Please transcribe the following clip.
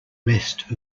rest